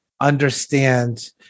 understand